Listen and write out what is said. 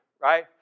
right